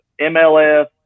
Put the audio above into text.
MLF